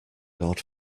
god